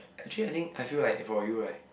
actually I think I feel like for you right